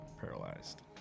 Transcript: paralyzed